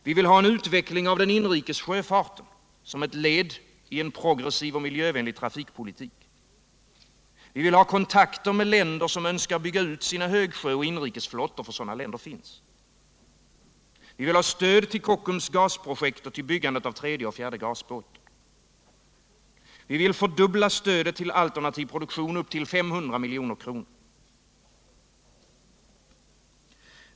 Vi vill ha en utveckling av den inrikes sjöfarten som ett led i en progressiv och miljövänlig trafikpolitik. Vi vill ha kontakter med länder som önskar bygga ut sina högsjöoch inrikesflottor, för sådana länder finns. Vi vill ha stöd till Kockums gasprojekt och till byggandet av tredje och fjärde gasbåten. Vi vill fördubbla stödet till alternativ produktion upp till 500 milj.kr.